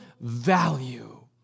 value